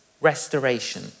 restoration